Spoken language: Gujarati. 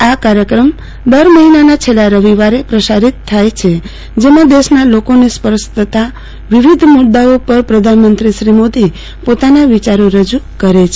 આ કાર્યક્રમ દર મહિનાના છેલ્લા રવિવારે પ્રસારીત થાય છે જેમાં દેશના લોકોને સ્પર્શતા વિવિધ મુદ્દાઓ પર પ્રધાનમંત્રીશ્રી પોતાના વિચારો રજુ કરે છે